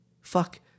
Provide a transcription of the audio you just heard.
Fuck